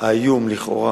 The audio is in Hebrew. האיום לכאורה